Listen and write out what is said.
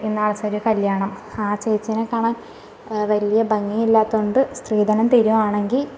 ഇന്നാളോസം ഒരു കല്യാണം ആ ചേച്ചീനെ കാണാന് വലിയ ഭംഗിയില്ലാത്തോണ്ട് സ്ത്രീധനം തരുവാണെങ്കിൽ